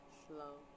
slow